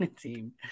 team